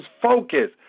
focus